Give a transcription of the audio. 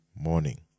morning